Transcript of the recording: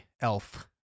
Elf